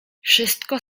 wszystko